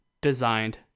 designed